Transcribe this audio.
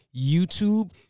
YouTube